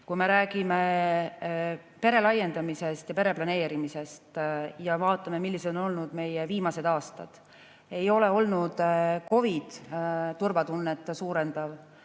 ole. Kui me räägime pere laiendamisest ja pereplaneerimisest ja vaatame, millised on olnud meie viimased aastad, siis ei ole olnud COVID turvatunnet suurendav,